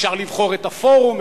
אפשר לבחור את הפורום,